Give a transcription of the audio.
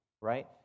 right